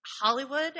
Hollywood